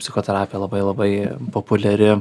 psichoterapija labai labai populiari